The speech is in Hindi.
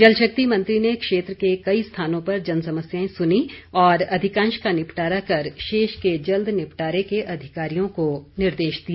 जल शक्ति मंत्री ने क्षेत्र के कई स्थानों पर जनसमस्याएं सुनी और अधिकांश का निपटारा कर शेष के जल्द निपटारे के अधिकारियों को निर्देश दिए